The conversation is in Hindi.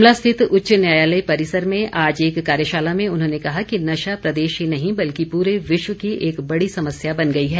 शिमला स्थित उच्च न्यायालय परिसर में आज एक कार्यशाला में उन्होंने कहा कि नशा प्रदेश ही नहीं बल्कि पूरे विश्व की एक बड़ी समस्या बन गई है